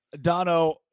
Dono